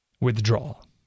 withdrawal